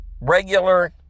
regular